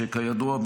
שכידוע,